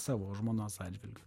savo žmonos atžvilgiu